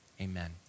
Amen